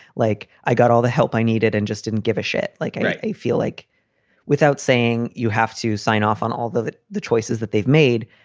like, i got all the help i needed and just didn't give a shit. like, i feel like without saying you have to sign off on, although the the choices that they've made,